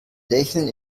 lächeln